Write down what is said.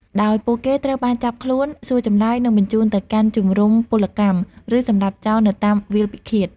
ដោយពួកគេត្រូវបានចាប់ខ្លួន សួរចម្លើយ និងបញ្ជូនទៅកាន់ជំរុំពលកម្ម ឬសម្លាប់ចោលនៅតាមវាលពិឃាត។